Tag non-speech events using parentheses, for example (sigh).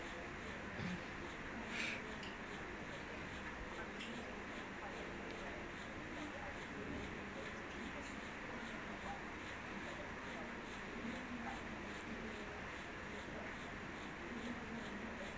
(coughs) (breath)